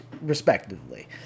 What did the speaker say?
respectively